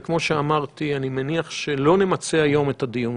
וכמו שאמרתי, אני מניח שלא נמצה היום את הדיון.